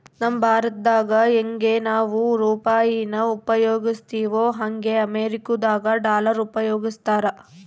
ನಮ್ ಭಾರತ್ದಾಗ ಯಂಗೆ ನಾವು ರೂಪಾಯಿನ ಉಪಯೋಗಿಸ್ತಿವೋ ಹಂಗೆ ಅಮೇರಿಕುದಾಗ ಡಾಲರ್ ಉಪಯೋಗಿಸ್ತಾರ